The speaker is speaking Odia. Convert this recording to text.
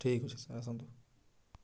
ଠିକ ଅଛି ସାର୍ ଆସନ୍ତୁ